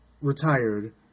retired